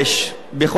בכל התחומים.